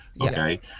Okay